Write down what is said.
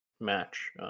match